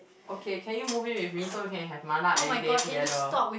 okay can you move in with me so we can have mala everyday together